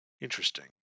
Interesting